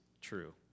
true